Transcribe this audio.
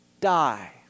die